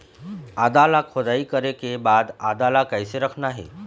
आदा ला खोदाई करे के बाद आदा ला कैसे रखना हे?